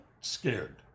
scared